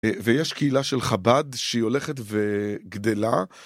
ויש קהילה של חב"ד שהיא הולכת וגדלה.